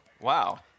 Wow